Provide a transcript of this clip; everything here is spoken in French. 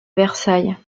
versailles